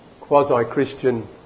quasi-Christian